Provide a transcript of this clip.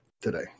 today